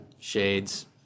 Shades